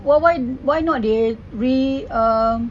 why why why not they re~ um